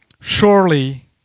Surely